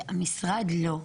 המשרד לא,